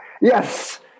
Yes